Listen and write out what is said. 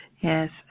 Yes